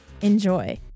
Enjoy